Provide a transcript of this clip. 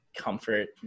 comfort